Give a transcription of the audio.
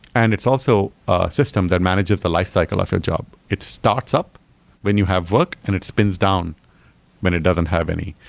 and it's also a system that manages the lifecycle of your job. it starts up when you have work, and it spins down when it doesn't have any.